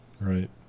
right